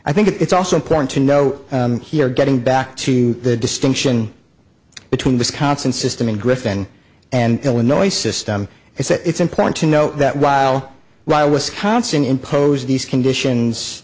i think it's also important to know here getting back to the distinction between wisconsin system and griffin and illinois system it's important to note that while while wisconsin impose these conditions